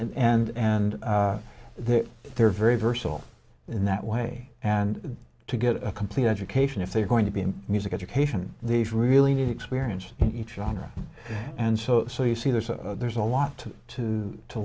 symphony and and they're they're very versatile in that way and to get a complete education if they're going to be in music education these really need experience in each younger and so so you see there's a there's a lot to to